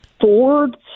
Ford